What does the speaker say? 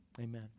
amen